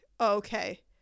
okay